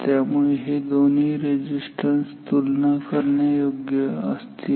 त्यामुळे हे दोन्ही रेझिस्टन्स तुलना करण्यायोग्य असतील